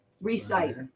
recite